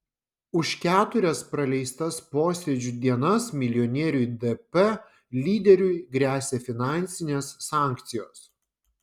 už keturias praleistas posėdžių dienas milijonieriui dp lyderiui gresia finansinės sankcijos